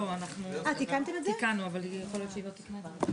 אנחנו לא חושבים שיש חשש כזה.